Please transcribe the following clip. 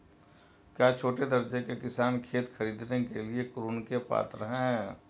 क्या छोटे दर्जे के किसान खेत खरीदने के लिए ऋृण के पात्र हैं?